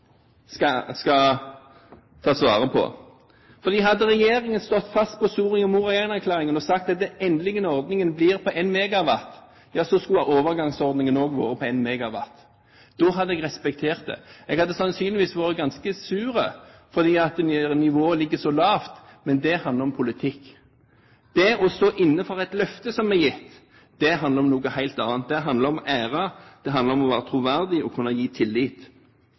skal tas vare på. Hadde regjeringen stått fast på Soria Moria I-erklæringen og sagt: Den endelige ordningen blir på 1 MW, og da skal overgangsordningen også være på 1 MW. Da hadde jeg respektert det. Jeg hadde sannsynligvis vært ganske sur fordi nivået hadde ligget så lavt, men det handler om politikk. Det å stå inne for et løfte som er gitt, handler om noe helt annet. Det handler om ære, om å være troverdig og å kunne inngi tillit.